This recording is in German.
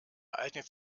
eignet